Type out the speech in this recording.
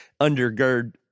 undergird